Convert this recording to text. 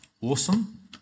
awesome